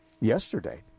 yesterday